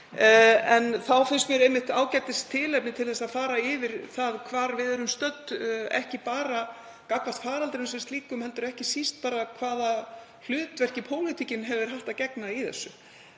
Þá finnst mér einmitt ágætistilefni að fara yfir hvar við erum stödd, ekki bara gagnvart faraldrinum sem slíkum heldur ekki síst hvaða hlutverki pólitíkin hefur haft að gegna í þessu,